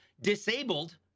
disabled